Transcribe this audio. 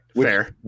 Fair